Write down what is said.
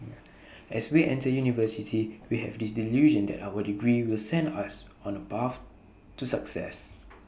as we enter university we have this delusion that our degree will send us on A path to success